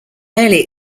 early